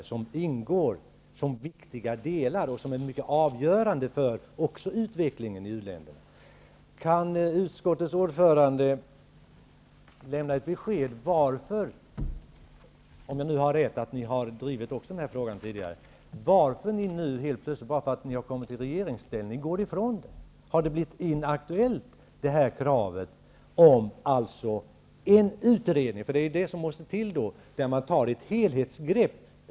Dessa ingår som mycket viktiga delar och är också mycket avgörande för utvecklingen i u-länderna. Kan utskottets ordförande lämna ett besked om varför -- om jag nu har rätt i att också ni har drivit den här frågan tidigare -- ni nu helt plötsligt när ni har kommit i regeringsställning går ifrån denna uppfattning? Har kravet om en utredning där man tar ett helhetsgrepp över bistånds och u-landspolitiken blivit inaktuellt?